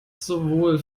sowohl